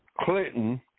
Clinton